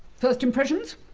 first impressions?